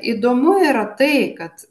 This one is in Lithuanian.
įdomu yra tai kad